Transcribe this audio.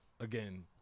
again